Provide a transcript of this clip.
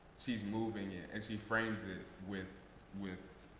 she's moving it, and she frames it with with